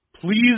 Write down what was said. Please